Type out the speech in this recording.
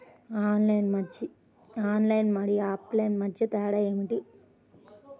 Online మరియు offline మధ్య తేడా ఏమిటీ?